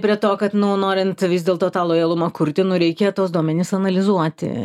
prie to kad nu norint vis dėlto tą lojalumą kurti nu reikia tuos duomenis analizuoti